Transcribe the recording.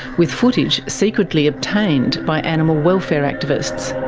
with footage secretly obtained by animal welfare activists.